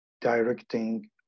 directing